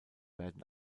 werden